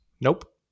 Nope